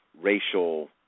racial